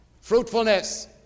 fruitfulness